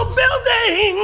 building